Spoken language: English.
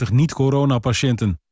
niet-coronapatiënten